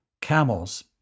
camels